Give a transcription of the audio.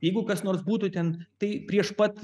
jeigu kas nors būtų ten tai prieš pat